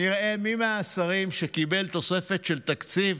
נראה מי מהשרים שקיבל תוספת של תקציב